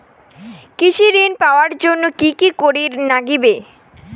কৃষি ঋণ পাবার জন্যে কি কি করির নাগিবে?